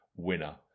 Winner